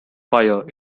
fire